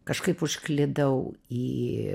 kažkaip užklydau į